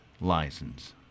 license